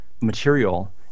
material